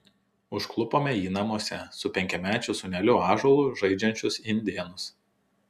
užklupome jį namuose su penkiamečiu sūneliu ąžuolu žaidžiančius indėnus